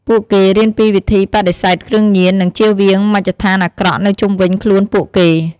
ពួកគេរៀនពីវិធីបដិសេធគ្រឿងញៀន និងជៀសវាងមជ្ឈដ្ឋានអាក្រក់នៅជុំវិញខ្លួនពួកគេ។